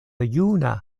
juna